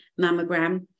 mammogram